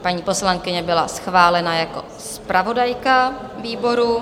Paní poslankyně byla schválena jako zpravodajka výboru.